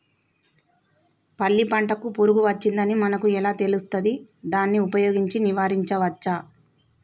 పల్లి పంటకు పురుగు వచ్చిందని మనకు ఎలా తెలుస్తది దాన్ని ఉపయోగించి నివారించవచ్చా?